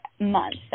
months